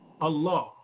Allah